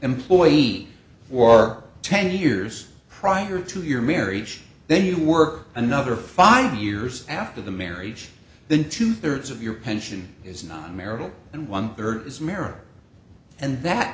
employee or ten years prior to your marriage then you work another five years after the marriage than two thirds of your pension is non marital and one rd is marriage and that